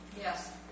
Yes